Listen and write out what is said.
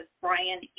Brian